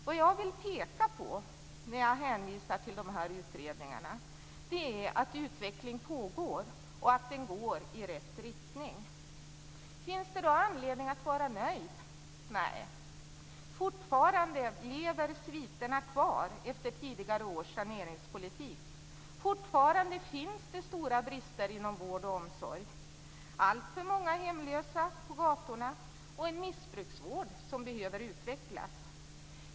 Det jag vill peka på när jag hänvisar till de här utredningarna är att utveckling pågår och att den går i rätt riktning. Finns det då anledning att vara nöjd? Nej, fortfarande lever sviterna kvar efter tidigare års saneringspolitik. Fortfarande finns det stora brister inom vård och omsorg, alltför många hemlösa på gatorna och en missbrukarvård som behöver utvecklas.